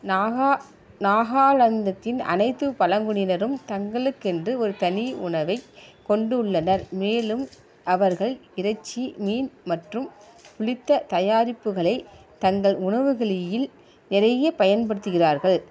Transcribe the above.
நாகா நாகாலந்ததின் அனைத்து பழங்குடியினரும் தங்களுக்கென்று ஒரு தனி உணவை கொண்டுள்ளனர் மேலும் அவர்கள் இறைச்சி மீன் மற்றும் புளித்த தயாரிப்புகளை தங்கள் உணவுகளில் நிறைய பயன்படுத்துகிறார்கள்